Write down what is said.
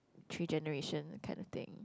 three generation that kind of thing